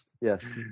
Yes